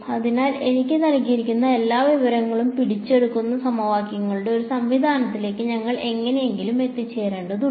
അതിനാൽ എനിക്ക് നൽകിയിരിക്കുന്ന എല്ലാ വിവരങ്ങളും പിടിച്ചെടുക്കുന്ന സമവാക്യങ്ങളുടെ ഒരു സംവിധാനത്തിലേക്ക് ഞങ്ങൾ എങ്ങനെയെങ്കിലും എത്തിച്ചേരേണ്ടതുണ്ട്